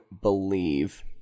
believe